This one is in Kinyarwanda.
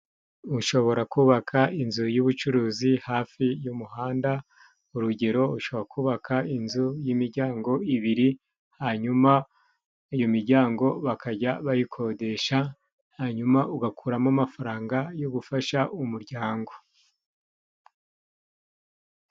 Ushobora kubaka inzu y'ubucuruzi hafi y'umuhanda, urugero ushobora kubaka inzu y'imiryango ibiri, hanyuma iyo miryango bakajya bayikodesha, hanyuma ugakuramo amafaranga yo gufasha umuryango.